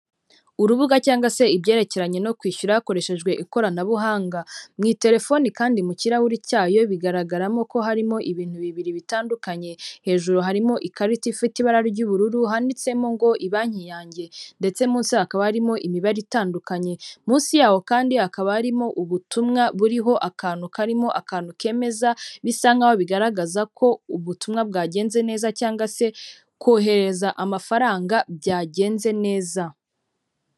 Urubuga cyangwa se ibyerekeranye no kwishyura hakoreshejwe ikoranabuhanga. Mu iterefoni kandi mu kirahuri cyayo bigaragaramo ko harimo ibintu bibiri bitandukanye. Hejuru harimo ikarita ifite ibara ry'ubururu handitsemo ngo "ibanki yanjye" ndetse munsi hakaba harimo imibare itandukanye. Munsi yaho kandi hakaba harimo ubutumwa buriho akantu karimo akantu kemeza, bisa nk'aho bigaragaza ko ubutumwa bwagenze neza cyangwa se kohereza amafaranga byagenze neza.